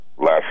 last